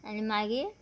आनी मागी